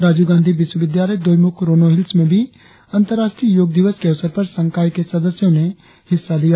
राजीव गांधी विश्व विद्यालय दोईमुख रोनो हिल्स में भी अंतर्राष्ट्रीय योग दिवस के अवसर पर संकाय के सदस्यों ने हिस्सा लिया